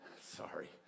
Sorry